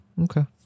okay